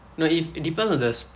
no if it depends on the